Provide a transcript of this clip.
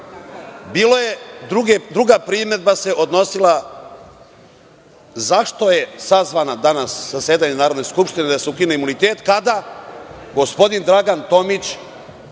policajcu. Druga primedba se odnosila zašto je sazvano danas zasedanje Narodne skupštine, da se ukine imunitet, kada gospodin Dragan Tomić